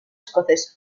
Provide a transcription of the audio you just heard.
escocesa